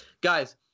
guys